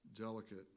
delicate